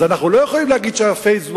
אז אנחנו לא יכולים להגיד ש-1phase,